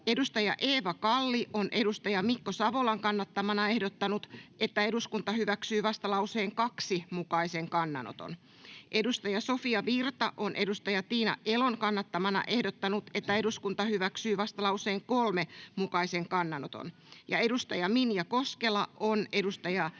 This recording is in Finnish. edustaja Eeva Kalli on edustaja Mikko Savolan kannattamana ehdottanut, että eduskunta hyväksyy vastalauseen 2 mukaisen kannanoton, edustaja Sofia Virta on edustaja Tiina Elon kannattamana ehdottanut, että eduskunta hyväksyy vastalauseen 3 mukaisen kannanoton, ja edustaja Minja Koskela on edustaja